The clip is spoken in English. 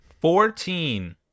Fourteen